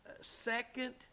second